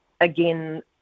again